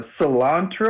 cilantro